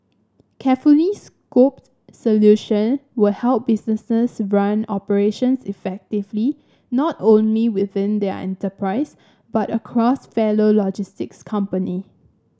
carefully scoped solution will help businesses run operations effectively not only within their enterprise but across fellow logistics company